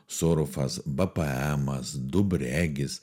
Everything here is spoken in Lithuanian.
surfas bpmas dub regis